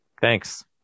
Thanks